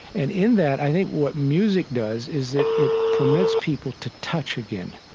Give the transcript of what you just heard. and in that i think what music does is it it permits people to touch again,